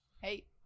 Hey